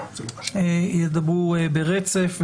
ידברו ברצף.